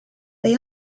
they